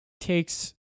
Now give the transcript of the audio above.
takes